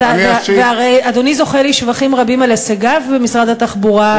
הרי אדוני זוכה לשבחים רבים על הישגיו במשרד התחבורה,